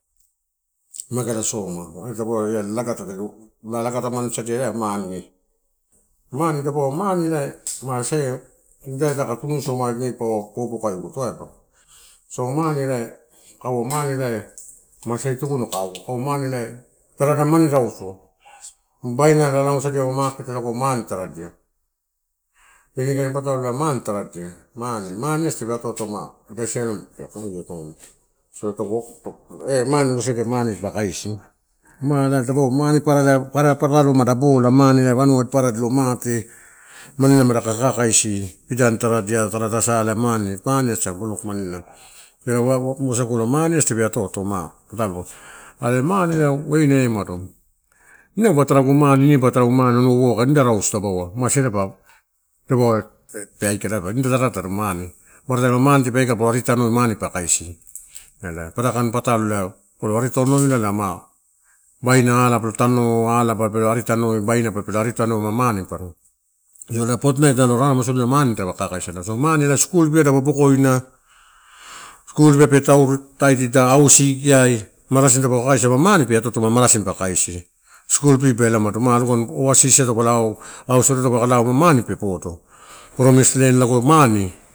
mageala soma dapau ela la lagata tadi lalagatani sadia mane dapaua mane ma se ida taka tunusio ma ine paua taga popokaeguto. So, mane ela kaua mane ela ma saikaini tukuna kai alo, tarada mane rausu, babaina tadi lalausadia maket lago taruda mane rausu inikain patalo lago mane taradia. Mane, mane asa tape atoato ma eh wasadia mane dipa kaisi? Ma ela dapaua mane inam papara mani bola anua papara oilo mate. Madaka kakaisi pidani taradia tarada a ela mane, mane asa block manela wasagula mane asa tape atoatoma patalo, are mane way na eumado inaubu taragu mane, ineba tarau mane anua uwaka rausu ma sea da-dapaua aikala nida rausu tarada mane pa kaisi ela paparakain patalo ela palo ari tanoi la, ma baina ala pala tano. Alaba pelo ari tanoi bainaba pelo aritanoi ma, mane. Io fourthnigth rarema sodina ma mane dapa kakasida, so mane ela school fee ai dabu bokoina, school fee pe tartida hausiki ai marasini dapalo kaisi awa mane pe atoato marasini pa kaisi school fee ba ela umado, ma aloga ni overseas taupe laa, australia taupe kai lao ma mane tape podo, promise land lago mane.